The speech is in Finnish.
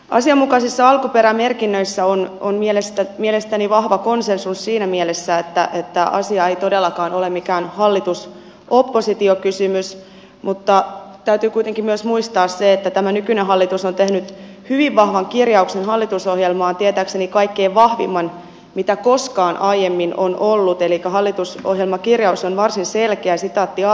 asianmukaisista alkuperämerkinnöistä on mielestäni vahva konsensus siinä mielessä että asia ei todellakaan ole mikään hallitusoppositio kysymys mutta täytyy kuitenkin muistaa myös se että tämä nykyinen hallitus on tehnyt hyvin vahvan kirjauksen hallitusohjelmaan tietääkseni kaikkein vahvimman mitä koskaan aiemmin on ollut elikkä hallitusohjelmakirjaus on varsin selkeä